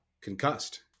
Concussed